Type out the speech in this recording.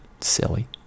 Silly